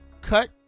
cut